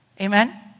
Amen